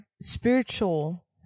spiritual